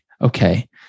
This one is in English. Okay